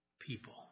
people